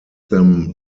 them